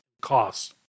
costs